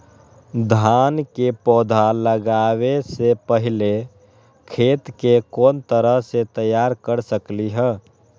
धान के पौधा लगाबे से पहिले खेत के कोन तरह से तैयार कर सकली ह?